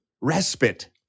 respite